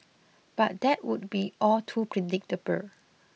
but that would be all too predictable